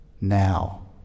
now